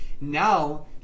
Now